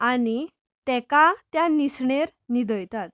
आनी तेका त्या निसणेर न्हिदयतात